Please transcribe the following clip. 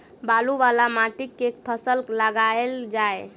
बालू वला माटि मे केँ फसल लगाएल जाए?